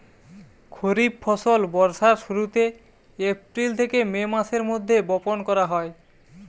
খরিফ ফসল বর্ষার শুরুতে, এপ্রিল থেকে মে মাসের মধ্যে বপন করা হয়